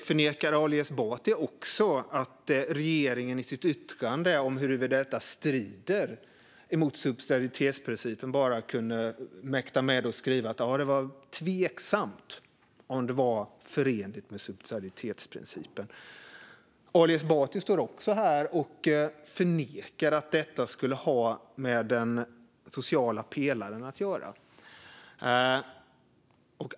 Förnekar Ali Esbati också att regeringen i sitt yttrande om huruvida detta strider mot subsidiaritetsprincipen bara mäktade med att skriva att det var tveksamt om det var förenligt med subsidiaritetsprincipen? Ali Esbati står också här och förnekar att detta skulle ha med den sociala pelaren att göra.